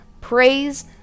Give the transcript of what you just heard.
praise